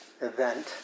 Event